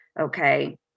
okay